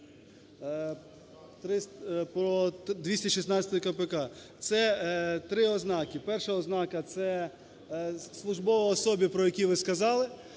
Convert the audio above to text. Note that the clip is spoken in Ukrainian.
про 216-у КПК – це три ознаки: перша ознака – це службові особи, про які ви сказали;